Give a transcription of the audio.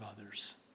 others